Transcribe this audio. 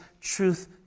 truth